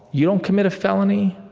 you don't commit a felony,